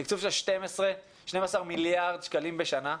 תקצוב של 12 מיליארד שקלים בשנה,